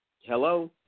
Hello